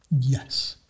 Yes